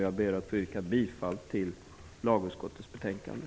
Jag ber att få yrka bifall till hemställan i lagutskottets betänkande.